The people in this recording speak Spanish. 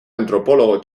antropólogo